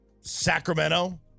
Sacramento